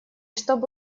чтобы